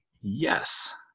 yes